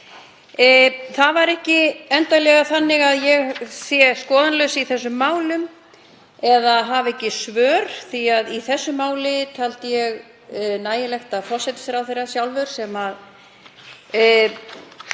Það er ekki endilega þannig að ég sé skoðanalaus í þessum málum eða hafi ekki svör því að í þessu máli taldi ég nægilegt að forsætisráðherrann sjálfur, sem